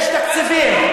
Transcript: יש תקציבים,